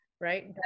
right